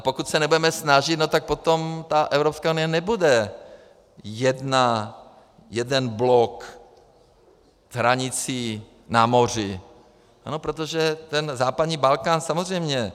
Pokud se nebudeme snažit, tak potom ta Evropská unie nebude, jeden blok, hranicí na moři, ano, protože ten západní Balkán, samozřejmě...